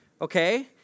Okay